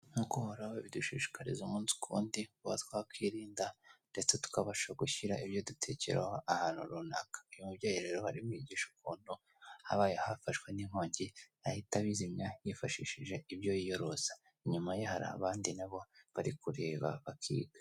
Nk'uko uhoraho bidushishikariza umunsi kundi twakwirinda ndetse tukabasha gushyira ibyo dutetekerezaho ahantu runaka uyu mubyeyihere rero barimwigisha ukuntu habaye hafashwe n'inkongi ahita abizimya yifashishije ibyo yiyoroza inyuma ye hari abandi nabo bari kureba bakiga.